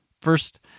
first